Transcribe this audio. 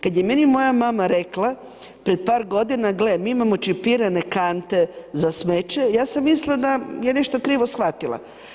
Kada je meni moja mama rekla pred par godina, gle, mi imamo čipirane kante za smeće, ja sam mislila da je nešto krivo shvatila.